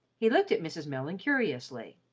he looked at mrs. mellon curiously.